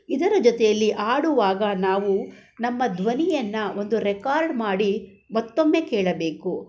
ಇದರ ಜೊತೆಯಲ್ಲಿ ಹಾಡುವಾಗ ನಾವು ನಮ್ಮ ಧ್ವನಿಯನ್ನು ಒಂದು ರೆಕಾರ್ಡ್ ಮಾಡಿ ಮತ್ತೊಮ್ಮೆ ಕೇಳಬೇಕು